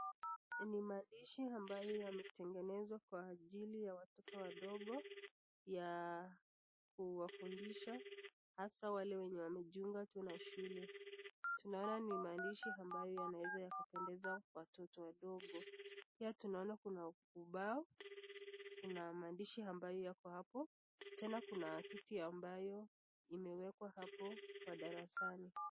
Ni maandishi ambayo yametengenezwa kwa ajili ya watoto wadogo ya kuwafundishwa haswa wale wenye wamejiunga tu na shule. Tunaona ni maandishi ambayo yanaeza yakapendeza watoto wadogo. Pia tunaona kuna ubao, kuna maandishi ambayo yako hapo. Tena kuna kiti ambayo imewekwa hapo kwa darasani.